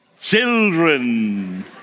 Children